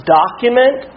document